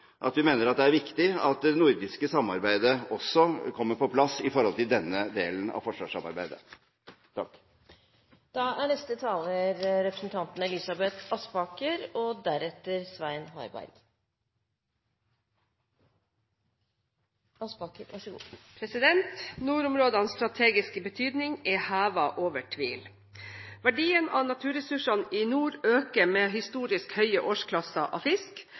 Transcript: at vi mener det er viktig at det nordiske samarbeidet også kommer på plass i forhold til denne delen av forsvarssamarbeidet. Nordområdenes strategiske betydning er hevet over tvil. Verdien av naturressursene i nord øker med historisk høye årsklasser av fisk.